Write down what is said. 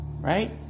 Right